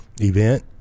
event